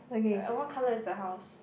what colour is the house